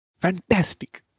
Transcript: Fantastic